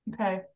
Okay